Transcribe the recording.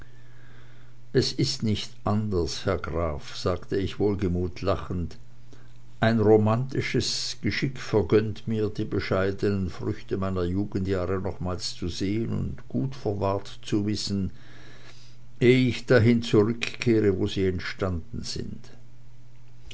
es ist nicht anders herr graf sagte ich wohlgemut lachend ein romantisches geschick vergönnt mir die bescheidenen früchte meiner jugendjahre nochmals zu sehen und gut verwahrt zu wissen eh ich dahin zurückkehre wo sie entstanden sind